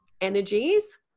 energies